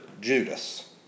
Judas